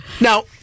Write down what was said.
now